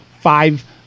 five